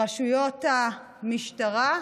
לרשויות המשטרה.